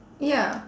ya